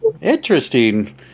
Interesting